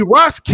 Ross